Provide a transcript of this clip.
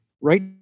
Right